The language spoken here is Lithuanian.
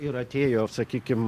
ir atėjo sakykim